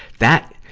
that,